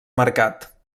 mercat